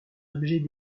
objets